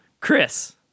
Chris